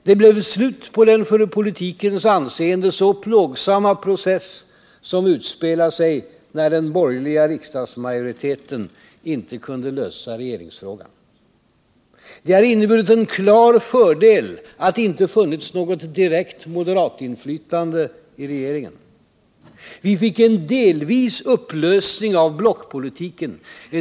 Det blev slut på den för politikens anseende så plågsamma process som utspelade sig när den borgerliga riksdagsmajoriteten inte kunde lösa regeringsfrågan. Det har inneburit en klar fördel att det inte funnits något direkt moderatinflytande i regeringen. Vi fick en delvis upplösning av blockpolitiken.